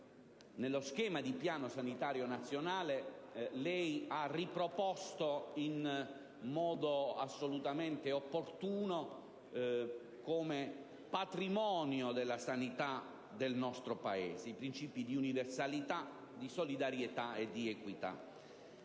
nello schema di piano sanitario nazionale lei ha riproposto in modo assolutamente opportuno come patrimonio della sanità del nostro Paese. Mi riferisco ai principi di universalità, di solidarietà e di equità.